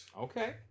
Okay